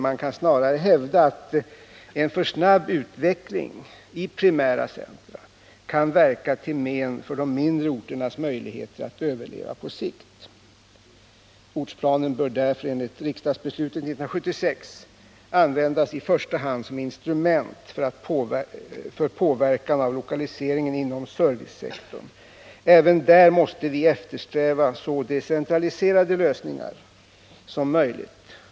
Man kan snarare hävda att en för snabb utveckling i primära centra kan verka till men för de mindre orternas möjligheter att överleva på sikt. Ortsplanen bör därför enligt riksdagsbeslutet 1976 i första hand användas till instrument för påverkan av lokaliseringen inom servicesektorn. Även där måste vi eftersträva så decentraliserade lösningar som möjligt.